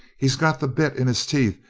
he's got the bit in his teeth.